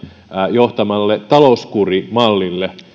johtamalle talouskurimallille